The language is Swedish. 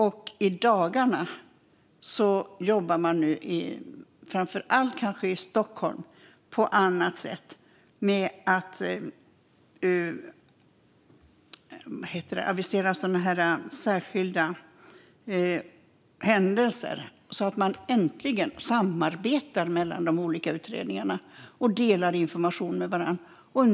Men i framför allt Stockholmsområdet jobbar man nu på annat sätt genom att avisera särskilda händelser och kan därigenom äntligen samarbeta mellan olika utredningar och dela information med varandra.